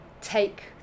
take